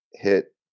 hit